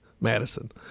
madison